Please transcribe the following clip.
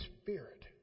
Spirit